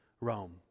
Rome